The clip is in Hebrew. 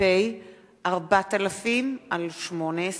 פ/4000/18